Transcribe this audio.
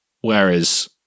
Whereas